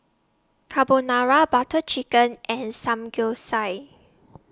Carbonara Butter Chicken and Samgeyopsal